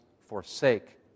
forsake